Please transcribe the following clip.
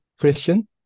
question